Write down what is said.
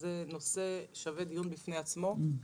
זה נושא ששווה דיון בפני עצמו.